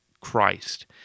Christ